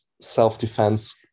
self-defense